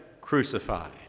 crucified